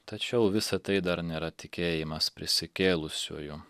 tačiau visa tai dar nėra tikėjimas prisikėlusiuoju